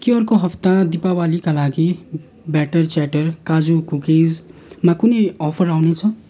के अर्को हफ्ता दीपावलीका लागि ब्याटर च्याटर काजु कुकिजमा कुनै अफर आउनेछ